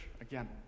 again